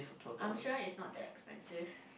I'm sure is not that expensive